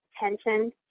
attention